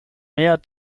meer